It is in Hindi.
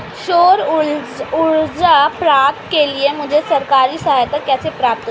सौर ऊर्जा प्लांट के लिए मुझे सरकारी सहायता कैसे प्राप्त होगी?